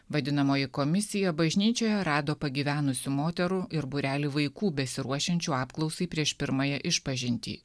vadinamoji komisija bažnyčioje rado pagyvenusių moterų ir būrelį vaikų besiruošiančių apklausai prieš pirmąją išpažintį